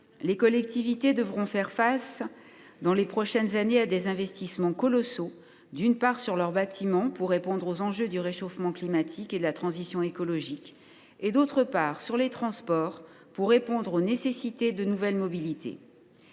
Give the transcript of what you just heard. devront, en effet, faire face dans les prochaines années à des investissements colossaux, d’une part, pour leurs bâtiments, afin de répondre aux enjeux du réchauffement climatique et de la transition écologique, et, d’autre part, dans les transports, pour répondre aux nécessités de nouvelles mobilités.